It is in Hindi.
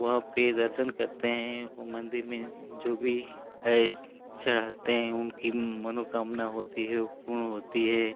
वहाँ पर दर्शन करते हैं वह मन्दिर में जो भी है चढ़ाते हैं उनकी मनोकामना होती है वह पूर्ण होती है